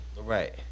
Right